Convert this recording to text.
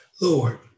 Lord